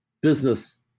business